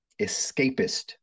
escapist